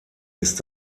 ist